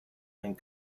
and